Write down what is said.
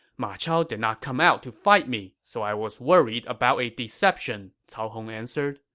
ma chao did not come out to fight me, so i was worried about a deception, cao hong answered.